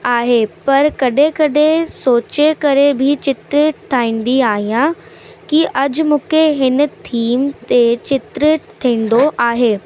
आहे पर कॾहिं कॾहिं सोचे करे बि चित्र ठाहींदी आहियां की अॼु मूंखे हिन थिम ते चित्र थींदो आहे